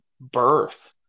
birth